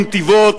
נתיבות,